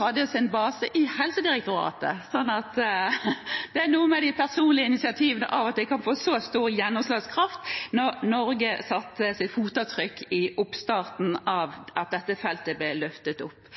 hadde sin base i Helsedirektoratet, så det er noe med at de personlige initiativene av og til kunne få stor gjennomslagskraft da Norge satte sitt fotavtrykk i oppstarten av at dette feltet ble løftet opp.